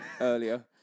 earlier